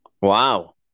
Wow